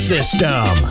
System